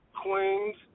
Queens